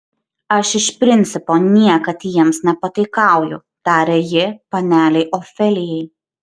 aš iš principo niekad jiems nepataikauju tarė ji panelei ofelijai